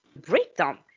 breakdown